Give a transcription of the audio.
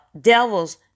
devils